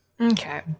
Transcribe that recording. Okay